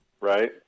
right